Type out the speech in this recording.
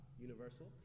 universal